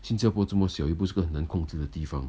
新加坡这么小又不是一个很难控制的地方